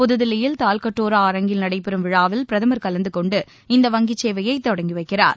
புதுதில்லியில் தால்கட்டோரா அரங்கில் நடைபெறும் விழாவில் பிரதமர் கலந்து கொண்டு இந்த வங்கிச்சேவையை தொடங்கி வைக்கிறார்